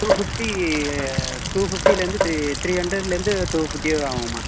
two fifty two ஃபிஃப்ட்டிலேர்ந்து three three ஹண்ட்ரட்லேர்ந்து two ஃபிஃப்ட்டியாவது ஆகும்மா